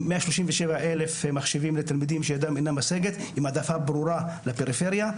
137,000 מחשבים לתלמידים שידם אינה משגת עם העדפה ברורה לפריפריה.